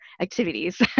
activities